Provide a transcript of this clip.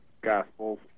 Gospels